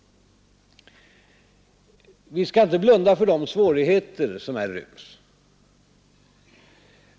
Vi skall inte blunda för de svårigheter som här ryms.